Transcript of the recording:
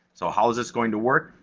so, how is this going to work?